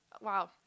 Wow